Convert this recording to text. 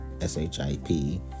S-H-I-P